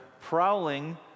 prowling